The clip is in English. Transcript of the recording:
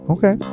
Okay